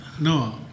No